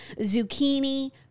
zucchini